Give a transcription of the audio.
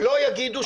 שלא יגידו,